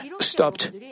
stopped